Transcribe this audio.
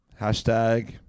hashtag